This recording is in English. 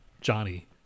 Johnny